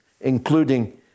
including